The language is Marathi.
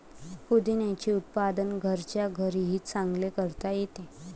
पुदिन्याचे उत्पादन घरच्या घरीही चांगले करता येते